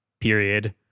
period